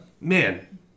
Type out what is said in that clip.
Man